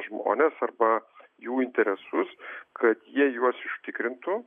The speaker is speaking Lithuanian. žmones arba jų interesus kad jie juos užtikrintų